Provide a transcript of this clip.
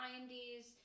90s